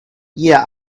yeah